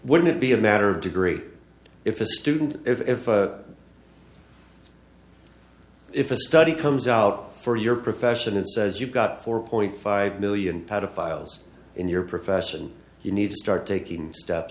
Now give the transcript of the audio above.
wouldn't it be a matter of degree if a student if if a study comes out for your profession and says you've got four point five million pedophiles in your profession you need to start taking steps